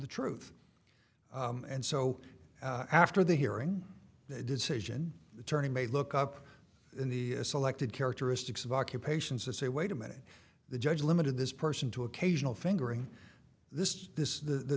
the truth and so after the hearing the decision attorney may look up the selected characteristics of occupations and say wait a minute the judge limited this person to occasional fingering this this the